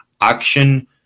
Action